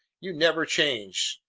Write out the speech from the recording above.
you never change!